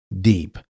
deep